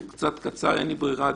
דבר בקצרה, אין לי ברירה.